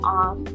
off